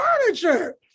furniture